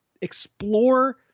explore